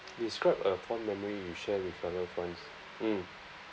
describe a fond memory you share with your loved ones mm